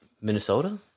Minnesota